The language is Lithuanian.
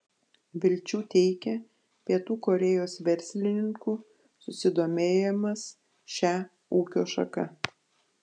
vilčių teikia pietų korėjos verslininkų susidomėjimas šia ūkio šaka